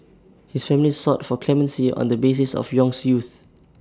his family sought for clemency on the basis of Yong's youth